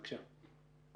בבקשה.